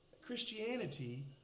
Christianity